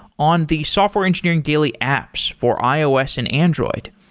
on the software engineering daily apps for ios and android.